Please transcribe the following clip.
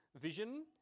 vision